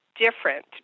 Different